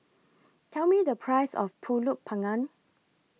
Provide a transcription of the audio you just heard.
Tell Me The Price of Pulut Panggang